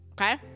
Okay